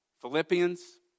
Philippians